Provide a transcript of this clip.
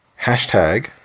Hashtag